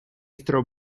throw